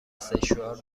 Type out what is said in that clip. سشوار